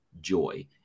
joy